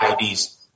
IDs